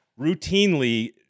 routinely